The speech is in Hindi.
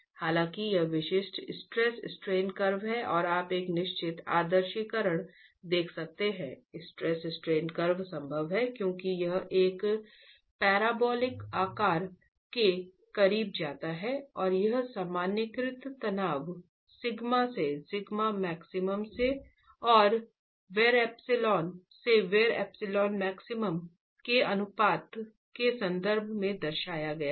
हालांकि यह विशिष्ट स्ट्रेस स्ट्रेन कर्व है और आप एक निश्चित आदर्शीकरण देख सकते हैं स्ट्रेस स्ट्रेन कर्व संभव है क्योंकि यह एक पैराबोलिक आकार के करीब जाता है और यहाँ सामान्यीकृत तनाव σ से σmax से और ε से εmax के अनुपात के संदर्भ में दर्शाया गया है